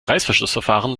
reißverschlussverfahren